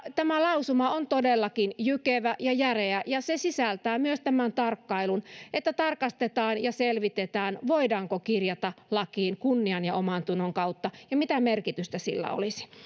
tämä lausuma on todellakin jykevä ja järeä ja se sisältää myös tämän tarkkailun että tarkastetaan ja selvitetään voidaanko kirjata lakiin kunnian ja omantunnon kautta ja mitä merkitystä sillä olisi